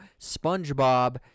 SpongeBob